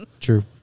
True